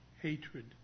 hatred